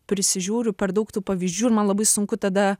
prisižiūriu per daug tų pavyzdžių ir man labai sunku tada